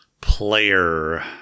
Player